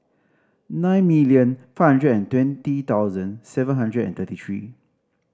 nine million five hundred and twenty thousand seven hundred and thirty three